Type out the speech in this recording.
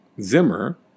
Zimmer